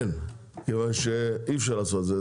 אין, מכיוון שאי-אפשר לעשות את זה.